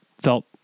felt